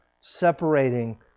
separating